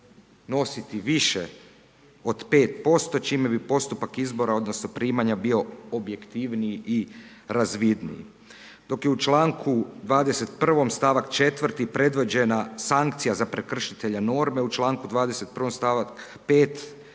nositi više od 5%, čime bi postupak izbora odnosno primanja bio objektivniji i razvidniji. Dok je u čl. 21., st. 4. predviđena sankcija za prekršitelja norme, u čl. 21., st. 5.